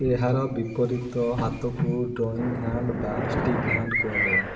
ଏହାର ବିପରୀତ ହାତକୁ ଡ୍ରଇଂ ହ୍ୟାଣ୍ଡ୍ ବା ଷ୍ଟିକ୍ ହ୍ୟାଣ୍ଡ୍ କୁହାଯାଏ